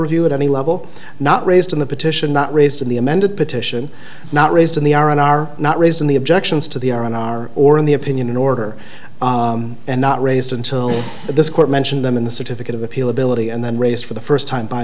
review at any level not raised in the petition not raised in the amended petition not raised in the r n are not raised in the objections to the r n r or in the opinion in order and not raised until this court mentioned them in the certificate of appeal ability and then raise for the first time by